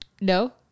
no